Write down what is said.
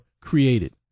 created